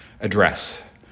address